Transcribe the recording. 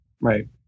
right